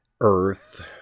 earth